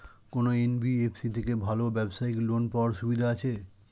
কোন এন.বি.এফ.সি থেকে ভালো ব্যবসায়িক লোন পাওয়ার সুবিধা আছে?